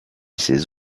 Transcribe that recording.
ses